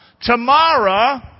Tomorrow